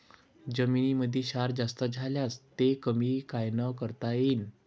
जमीनीमंदी क्षार जास्त झाल्यास ते कमी कायनं करता येईन?